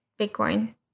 bitcoin